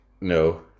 No